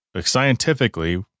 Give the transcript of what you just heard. Scientifically